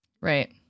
Right